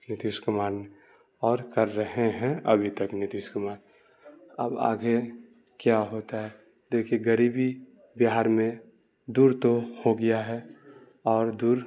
نتیش کمار نے اور کر رہے ہیں ابھی تک نتیش کمار اب آگے کیا ہوتا ہے دیکھیے غریبی بہار میں دور تو ہو گیا ہے اور دور